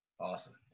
awesome